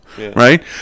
right